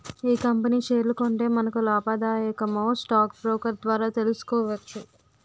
ఏ company షేర్లు కొంటే మనకు లాభాదాయకమో స్టాక్ బ్రోకర్ ద్వారా తెలుసుకోవచ్చు